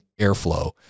airflow